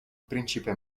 principe